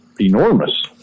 enormous